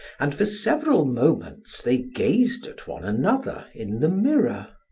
and for several moments they gazed at one another in the mirror.